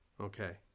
okay